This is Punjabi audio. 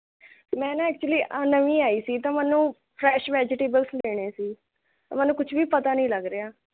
ਮੈਂ ਨਾ ਐਕਚੂਅਲੀ ਨਵੀਂ ਆਈ ਸੀ ਤਾਂ ਮੈਨੂੰ ਫਰੈੱਸ਼ ਵੈਜੀਟੇਬਲਸ ਲੈਣੇ ਸੀ ਤਾਂ ਮੈਨੂੰ ਕੁਛ ਵੀ ਪਤਾ ਨਹੀਂ ਲੱਗ ਰਿਹਾ